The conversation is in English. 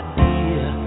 dear